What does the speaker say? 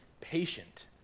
patient